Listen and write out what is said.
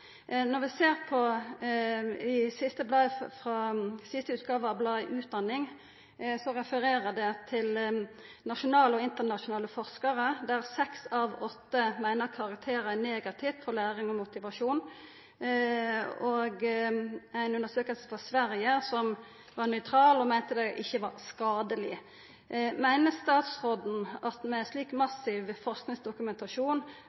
Siste utgåva av bladet Utdanning refererer til nasjonale og internasjonale forskarar der seks av åtte meiner at karakterar er negativt for læring og motivasjon, og til ei undersøking frå Sverige som var nøytral og meinte det ikkje var skadeleg. Meiner statsråden, med ein slik